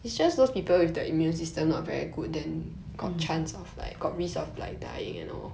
mm